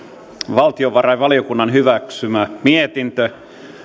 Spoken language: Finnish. valtiovarainvaliokunnan hyväksymä mietintö